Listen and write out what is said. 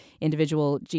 individual